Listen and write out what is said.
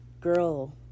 girl